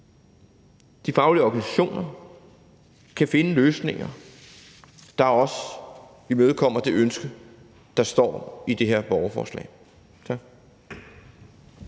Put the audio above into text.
de faglige organisationer kan finde løsninger, der også imødekommer det ønske, der står i det her borgerforslag.